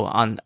on